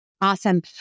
Awesome